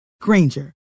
Granger